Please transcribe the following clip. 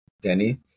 Denny